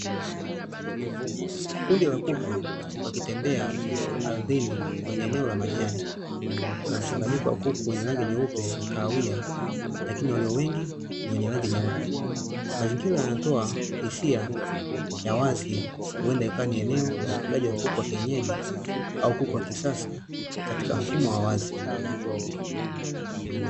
Kundi la kuku wakitembea ardhini kwenye eneo la majani mchanganyiko wa kahawia wenye rangi nyeupe na kahawia , lakini waliowengi ni wenye rangi nyeupe. Mazingira yanatoa hisia ya wazi huwenda ikawa ni eneo la ufugaji wa kuku wa kienyeji au kisasa katika mfumo wa wazi .